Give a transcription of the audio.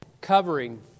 covering